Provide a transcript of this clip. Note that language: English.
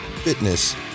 fitness